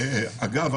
אגב,